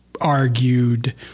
argued